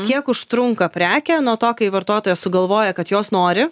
kiek užtrunka prekę nuo to kai vartotojas sugalvoja kad jos nori